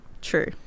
true